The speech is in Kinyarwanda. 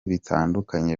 bitandukanye